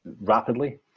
rapidly